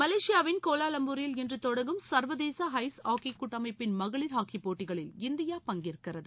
மலேசியாவின் கோலாம்பூரில் இன்று தொடங்கும் சள்வதேச ஐஸ் ஹாக்கி கூட்டமைப்பின் மகளிய ஹாக்கிப்போட்டிகளில் இந்தியா பங்கேற்கிறது